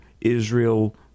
Israel